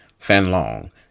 Fanlong